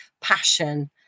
passion